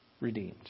redeemed